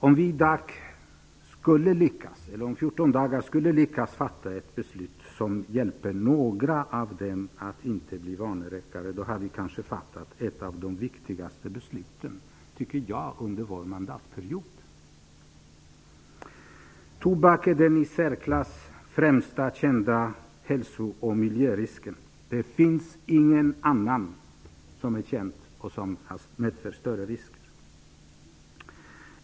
Om vi om 14 dagar lyckas fatta ett beslut som hjälper några av dem att inte bli vanerökare tycker jag att vi har fattat kanske ett av de viktigaste besluten under mandatperioden. Tobak är den i särklass främst kända hälso och miljörisken. Inget annat är känt som medför större risker.